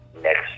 next